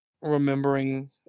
remembering